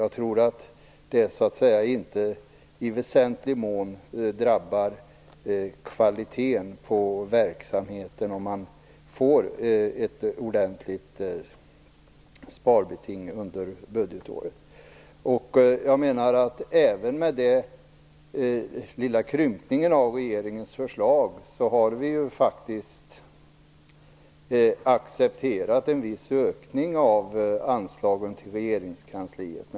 Jag tror inte att ett ordentligt sparbeting under budgetåret i väsentlig mån drabbar verksamhetens kvalitet. Även med den lilla krympningen av regeringens förslag har vi faktiskt accepterat en viss ökning av anslagen till regeringskansliet.